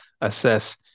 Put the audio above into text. assess